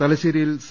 തലശ്ശേരിയിൽ സി